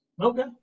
Okay